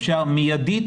אפשר מיידית,